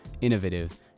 innovative